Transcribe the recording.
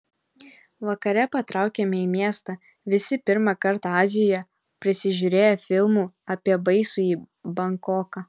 vakare patraukėme į miestą visi pirmą kartą azijoje prisižiūrėję filmų apie baisųjį bankoką